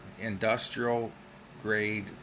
industrial-grade